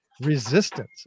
resistance